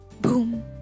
boom